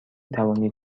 توانید